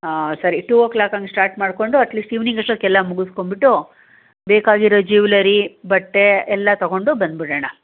ಹಾಂ ಸರಿ two o'clock ಹಂಗೆ ಸ್ಟಾರ್ಟ್ ಮಾಡಿಕೊಂಡು ಅಟ್ ಲೀಸ್ಟ್ ಈವ್ನಿಂಗ್ ಅಷ್ಟೊತ್ತಿಗೆಲ್ಲ ಮುಗಿಸ್ಕೊಂಬಿಟ್ಟು ಬೇಕಾಗಿರೋ ಜುವ್ಲರಿ ಬಟ್ಟೆ ಎಲ್ಲ ತಗೊಂಡು ಬಂದ್ಬಿಡೋಣ